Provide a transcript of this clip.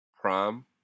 Prime